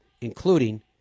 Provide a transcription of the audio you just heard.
including